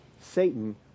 satan